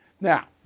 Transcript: Now